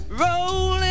rolling